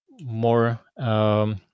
more